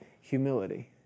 humility